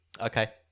Okay